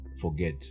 forget